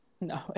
No